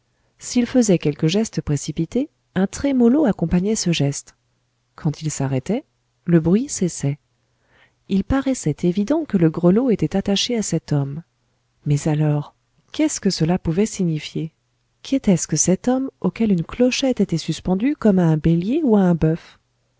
s'il faisait quelque geste précipité un trémolo accompagnait ce geste quand il s'arrêtait le bruit cessait il paraissait évident que le grelot était attaché à cet homme mais alors qu'est-ce que cela pouvait signifier qu'était-ce que cet homme auquel une clochette était suspendue comme à un bélier ou à un boeuf